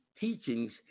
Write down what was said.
teachings